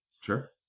sure